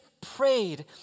prayed